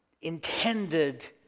intended